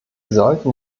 sollten